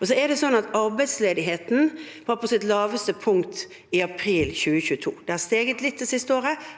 Arbeidsledigheten var på sitt laveste punkt i april 2022. Den har steget litt det siste året,